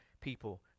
people